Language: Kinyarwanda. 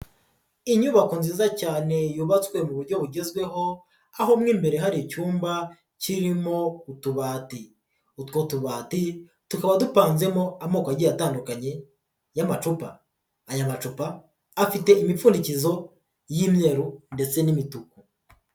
Inyubako nziza cyane yubatswe mu buryo bugezweho aho mu imbere hari icyumba kirimo utubati, utwo tubati tukaba dupanzemo amoko agiye atandukanye y'amacupa, aya macupa afite imipfundikizo y'imyeru ndetse n'imituku.